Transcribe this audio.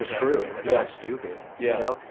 just really like i'm not stupid, you know.